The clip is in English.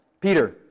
Peter